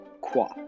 Qua